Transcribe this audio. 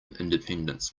independence